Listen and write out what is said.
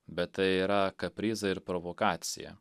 bet tai yra kaprizai ir provokacija